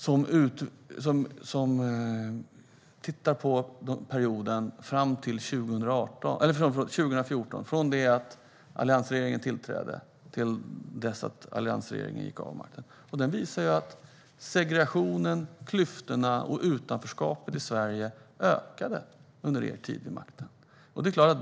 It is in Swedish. Man har tittat på perioden fram till 2014, från det att alliansregeringen tillträdde till dess den lämnade makten. Rapporten visar att segregationen, klyftorna och utanförskapet i Sverige ökade under er tid vid makten, Mikael Oscarsson.